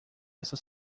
essa